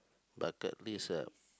bucket list ah